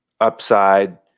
upside